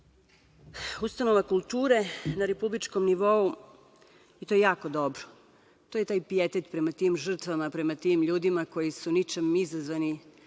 ustanova kulture na republičkom nivou i to je jako dobro. To je taj pietet prema tim žrtvama, prema tim ljudima koji su ničim izazvani